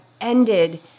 ended